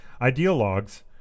Ideologues